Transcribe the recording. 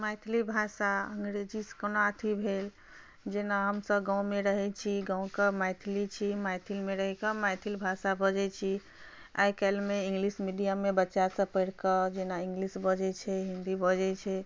मैथिलि भाषा अंग्रेज़ीसँ कोना अथी भेल जेना हमसब गाँवमे रहैत छी गाँवके मैथिली छी मैथिलमे रहि कऽ मैथिल भाषा बजैत छी आइ काल्हिमे इंग्लिश मीडियममे बच्चा सब पढ़ि कऽ जेना इंग्लिश बजैत छै हिन्दी बजैत छै